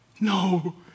No